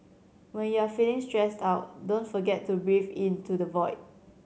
when you are feeling stressed out don't forget to breathe into the void